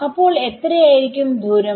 അപ്പോൾ എത്രയായിരിക്കും ദൂരം